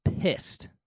pissed